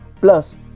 Plus